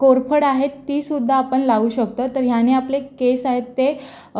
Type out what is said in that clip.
कोरफड आहे तीसुद्धा आपण लावू शकतो तर ह्याने आपले केस आहेत ते